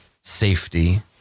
Safety